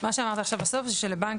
עכשיו --- ושל זה ושל זה ושל זה.